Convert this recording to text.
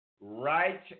right